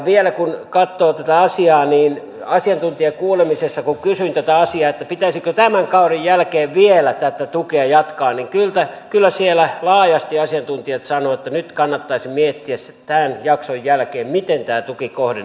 vielä kun katsoo tätä asiaa niin kun asiantuntijakuulemisessa kysyin tätä asiaa että pitäisikö tämän kauden jälkeen vielä tätä tukea jatkaa niin kyllä siellä laajasti asiantuntijat sanoivat että nyt kannattaisi miettiä tämän jakson jälkeen miten tämä tuki kohdennettaisiin